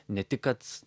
ne tik kad